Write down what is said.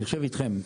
אני חושב איתכם,